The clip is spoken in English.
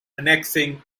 annexing